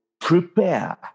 Prepare